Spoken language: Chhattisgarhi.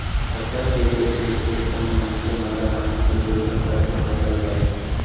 फसल के देख देख के संग मनसे मन ल पानी के जरूरत परथे फसल बर